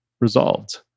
resolved